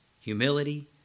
humility